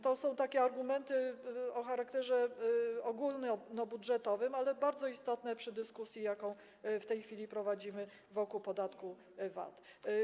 To są argumenty o charakterze ogólnobudżetowym, ale bardzo istotne w dyskusji, jaką w tej chwili prowadzimy wokół podatku VAT.